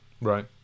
right